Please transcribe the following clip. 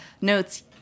notes